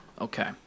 Okay